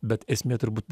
bet esmė turbūt